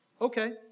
okay